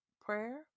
prayer